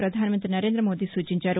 ప్రపధానమంగ్రి నరేంద మోదీ సూచించారు